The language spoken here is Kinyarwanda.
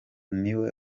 niwe